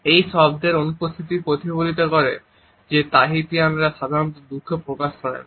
একটি শব্দের এই অনুপস্থিতি প্রতিফলিত করে যে তাহিতিয়ানরা সাধারণত দুঃখ প্রকাশ করে না